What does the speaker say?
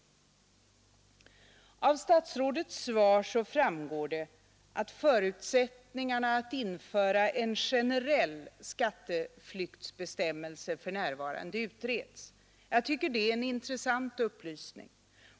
Av statsrådets svar framgår att förutsättningarna för att införa en generell skatteflyktsbestämmelse för närvarande utreds. Jag tycker att det är en intressant upplysning.